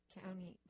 County